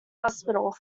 hospital